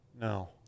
No